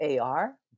AR